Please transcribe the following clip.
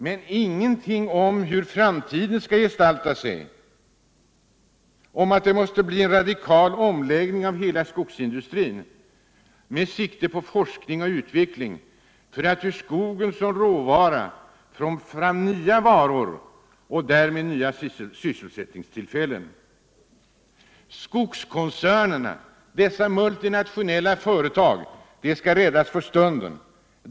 Men det sägs ingenting om hur framtiden skall gestalta sig, och ingenting om att det måste bli en radikal omläggning av hela skogsindustrin med sikte på forskning och utveckling för att av skogsråvaran få fram nya varor och därmed nya sysselsättningstillfällen. Skogskoncernerna — dessa multinationella företag — skall räddas för stunden.